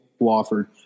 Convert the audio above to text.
Wofford